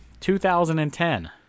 2010